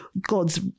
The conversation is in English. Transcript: god's